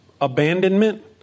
abandonment